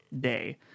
day